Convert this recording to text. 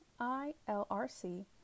ILRC